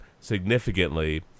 significantly